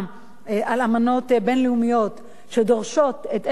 על אמנות בין-לאומית שדורשות את עצם,